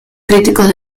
críticos